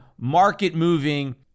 market-moving